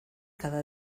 cada